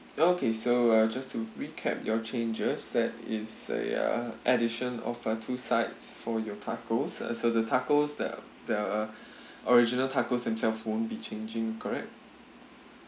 okay so uh just to recap your changes that is a uh addition of the two sides for your tacos uh so the tacos there are there are uh original tacos themselves won't be changing correct